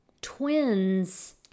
twins